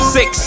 Six